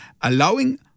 allowing